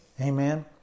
Amen